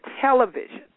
television